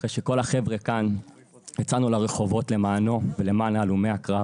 אחרי שכל החבר'ה כאן יצאנו לרחובות למענו ולמען הלומי הקרב